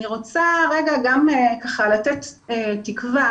אני רוצה גם לתת תקווה